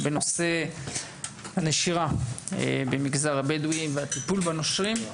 אנחנו בנושא הנשירה במגזר הבדואי והטיפול בנושרים.